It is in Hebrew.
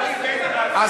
אבל